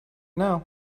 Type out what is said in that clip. now